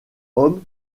hommes